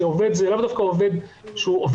ועובד זה לאו דווקא עובד מדינה,